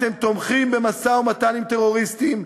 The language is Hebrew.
אתם תומכים במשא-ומתן עם טרוריסטים,